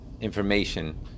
information